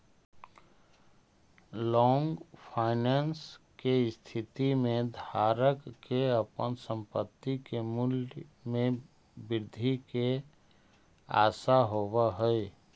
long finance के स्थिति में धारक के अपन संपत्ति के मूल्य में वृद्धि के आशा होवऽ हई